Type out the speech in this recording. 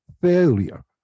failure